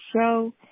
show